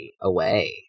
away